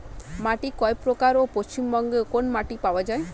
মাটি কয় প্রকার ও পশ্চিমবঙ্গ কোন মাটি পাওয়া য়ায়?